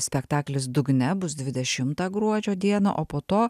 spektaklis dugne bus dvidešimtą gruodžio dieną o po to